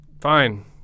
fine